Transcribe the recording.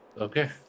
Okay